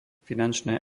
finančné